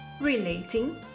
Relating